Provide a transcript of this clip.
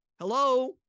Hello